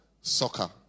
soccer